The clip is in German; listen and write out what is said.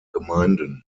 gemeinden